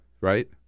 right